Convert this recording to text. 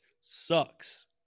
sucks